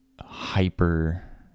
hyper